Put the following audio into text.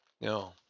No